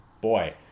Boy